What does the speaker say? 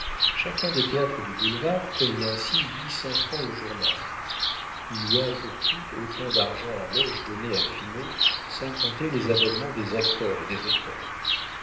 chacun des théâtres du boulevard paye ainsi huit cents francs au journal il y a pour tout autant d'argent en loges données à finot sans compter les abonnements des acteurs et des auteurs